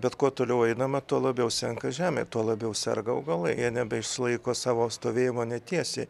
bet kuo toliau einame tuo labiau senka žemė tuo labiau serga augalai jie nebeišsilaiko savo stovėjimo netiesiai